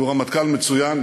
שהוא רמטכ"ל מצוין,